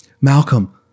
Malcolm